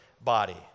body